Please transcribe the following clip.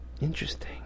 interesting